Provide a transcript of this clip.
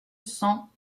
cent